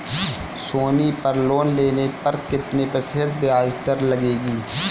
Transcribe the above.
सोनी पर लोन लेने पर कितने प्रतिशत ब्याज दर लगेगी?